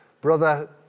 brother